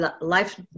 life